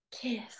kiss